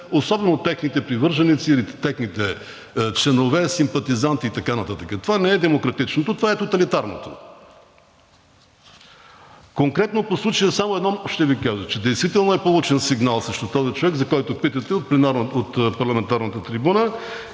особено техните привърженици или техните членове, симпатизанти и така нататък. Това не е демократичното, това е тоталитарното. Конкретно по случая. Само едно ще Ви кажа, че действително е получен сигнал срещу този човек, за когото питате от парламентарната трибуна.